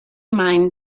mind